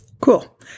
Cool